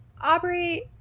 Aubrey